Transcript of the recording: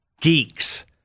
geeks